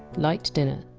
light dinner,